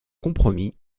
compromis